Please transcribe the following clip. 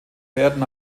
werden